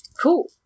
Cool